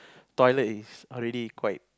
toilet is already quite